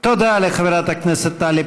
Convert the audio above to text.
תודה לחברת הכנסת טלי פלוסקוב.